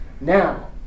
Now